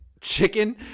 chicken